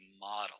model